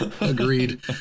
agreed